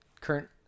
current